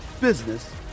business